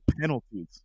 penalties